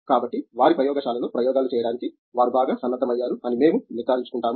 కాబట్టి వారి ప్రయోగశాలలో ప్రయోగాలు చేయడానికి వారు బాగా సన్నద్ధమయ్యారు అని మేము నిర్ధారించుకుంటాము